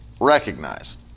recognize